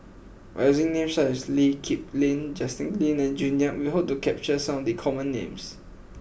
by using names such as Lee Kip Lin Justin Lean and June Yap we hope to capture some of the common names